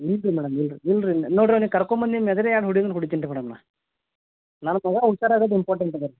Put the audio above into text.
ಇಲ್ರಿ ಮೇಡಮ್ ಇಲ್ರಿ ಇಲ್ರಿ ನೋಡಿ ರೀ ಕರ್ಕೊಂಬಂದು ನಿಮ್ಮ ಎದುರೆ ಆ ಹುಡ್ಗುನ್ಗೆ ಹೊಡೀತೀನಿ ರೀ ಮೇಡಮ ನನ್ಗೆ ಅವ ಹುಷಾರಾಗೋದು ಇಂಪಾರ್ಟೆಂಟ್ ಇದೆ ರೀ